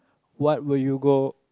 what would you go